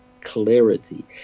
clarity